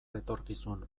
etorkizun